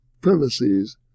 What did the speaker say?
premises